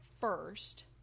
first